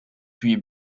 puis